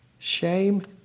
Shame